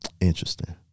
Interesting